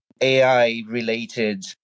AI-related